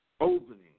opening